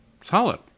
Solid